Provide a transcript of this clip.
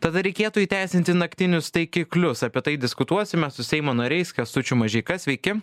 tada reikėtų įteisinti naktinius taikiklius apie tai diskutuosime su seimo nariais kęstučiu mažeika sveiki